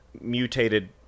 mutated